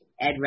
Ed